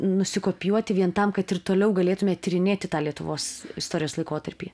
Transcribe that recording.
nusikopijuoti vien tam kad ir toliau galėtume tyrinėti tą lietuvos istorijos laikotarpį